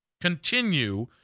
continue